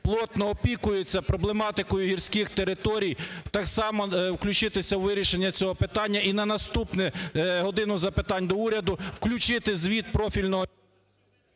плотно опікується проблематикою гірських територій, так само включити це у вирішення цього питання і на наступне "годину запитань до Уряду" включити звіт профільного…